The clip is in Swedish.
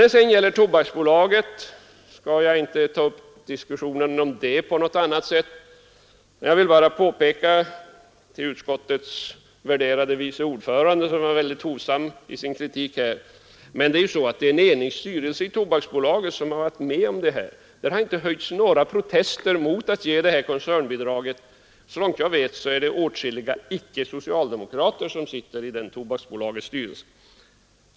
När det gäller Tobaksbolaget skall jag inte ta upp en diskussion på annat sätt än att jag vill påpeka för utskottets värderade vice ordförande, som var väldigt hovsam i sin kritik, att det är en enig styrelse i Tobaksbolaget som varit med om överförandet av koncernbidrag. Det har inte höjts några protester mot att de här koncernbidragen ges, och såvitt jag vet är det åtskilliga icke-socialdemokrater som sitter i Tobaksbolagets styrelse.